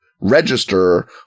register